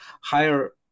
higher